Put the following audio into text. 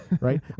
Right